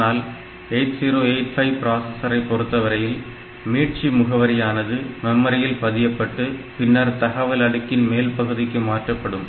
ஆனால் 8085 பிராசஸரை பொறுத்தவரையில் மீட்சி முகவரியானது மெமரியில் பதியப்பட்டு பின்னர் தகவல் அடுக்கின் மேல் பகுதிக்கு மாற்றப்படும்